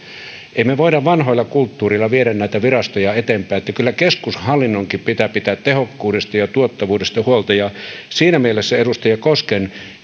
emme me voi vanhalla kulttuurilla viedä näitä virastoja eteenpäin kyllä keskushallinnonkin pitää pitää tehokkuudesta ja tuottavuudesta huolta siinä mielessä edustaja kosken